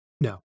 No